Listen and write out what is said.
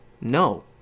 No